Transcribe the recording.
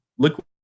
Liquid